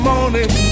morning